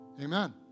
amen